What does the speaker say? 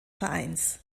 vereins